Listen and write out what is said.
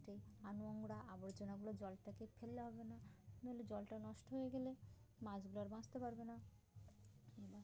সেই আ নোংরা আবর্জনাগুলো জলটাকে ফেললে হবে না নাহলে জলটা নষ্ট হয়ে গেলে মাছগুলো আর বাঁচতে পারবে না এবার